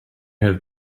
have